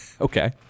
Okay